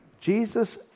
Jesus